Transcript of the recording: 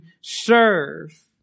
serve